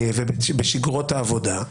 ובשגרת העבודה,